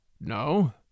No